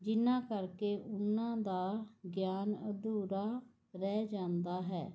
ਜਿਹਨਾਂ ਕਰਕੇ ਉਹਨਾਂ ਦਾ ਗਿਆਨ ਅਧੂਰਾ ਰਹਿ ਜਾਂਦਾ ਹੈ